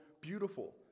beautiful